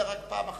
הפסידה רק פעם אחת,